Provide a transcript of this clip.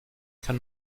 kann